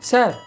Sir